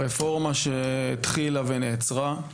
הרפורמה שהתחילה ונעצרה,